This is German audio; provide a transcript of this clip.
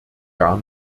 gar